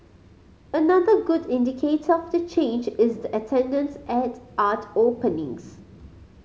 another good indicator of the change is the attendance at art openings